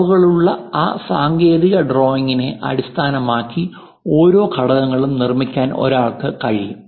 അളവുകളുള്ള ആ സാങ്കേതിക ഡ്രോയിംഗിനെ അടിസ്ഥാനമാക്കി ഓരോ ഘടകങ്ങളും നിർമ്മിക്കാൻ ഒരാൾക്ക് കഴിയും